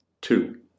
Two